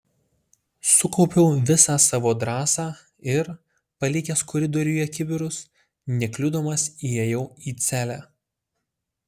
sukaupiau visą savo drąsą ir palikęs koridoriuje kibirus nekliudomas įėjau į celę